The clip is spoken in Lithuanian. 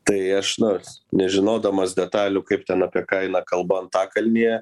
tai aš nu nežinodamas detalių kaip ten apie ką eina kalba antakalnyje